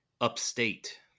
upstate